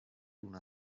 una